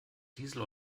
diesel